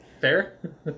Fair